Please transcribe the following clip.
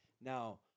Now